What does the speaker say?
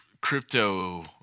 crypto